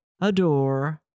adore